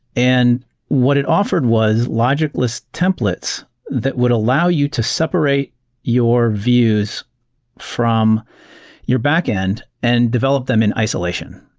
and what it offered was logicless templates that would allow you to separate your views from your backend and development them in isolation.